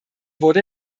wurde